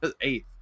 eighth